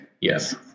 Yes